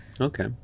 Okay